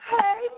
Hey